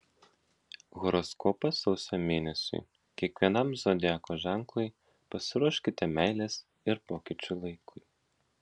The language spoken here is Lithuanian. horoskopas sausio mėnesiui kiekvienam zodiako ženklui pasiruoškite meilės ir pokyčių laikui